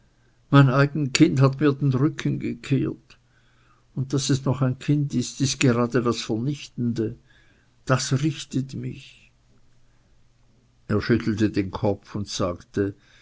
mein eigen kind hat mir den rücken gekehrt und daß es noch ein kind ist das gerade ist das vernichtende das richtet mich er schüttelte den kopf und sagte